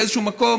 באיזשהו מקום,